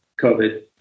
COVID